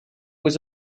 was